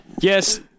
yes